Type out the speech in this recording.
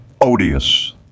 odious